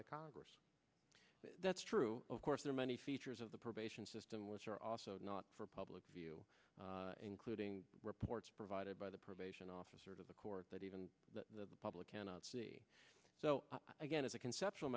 the congress that's true of course there are many features of the probation system which are also not for public view including reports provided by the probation officer of the court that even the public cannot see so again as a conceptual